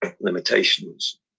limitations